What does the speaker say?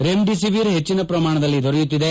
remdesivir ಹೆಚ್ಚಿನ ಪ್ರಮಾಣದಲ್ಲಿ ದೊರೆಯುತ್ತಿದೆ